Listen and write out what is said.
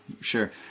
sure